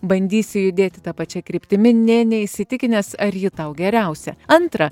bandysi judėti ta pačia kryptimi nė neįsitikinęs ar ji tau geriausia antra